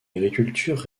agriculture